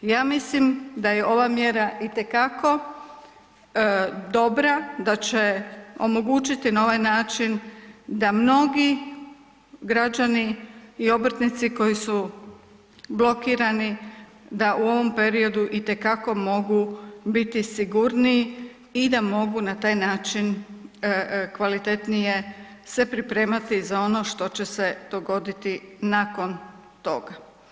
Ja mislim da je ova mjera itekako dobra, da će omogućiti na ovaj način da mnogi građani i obrtnici koji su blokirani, da u ovom periodu itekako mogu biti sigurniji i da mogu na taj način kvalitetnije se pripremati za ono što će se dogoditi nakon toga.